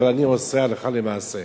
אבל אני עושה הלכה למעשה.